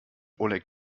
oleg